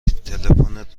تلفنت